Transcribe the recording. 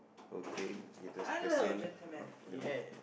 okay K that's a question